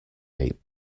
eight